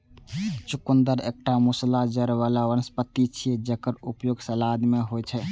चुकंदर एकटा मूसला जड़ बला वनस्पति छियै, जेकर उपयोग सलाद मे होइ छै